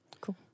Cool